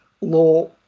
law